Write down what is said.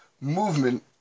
movement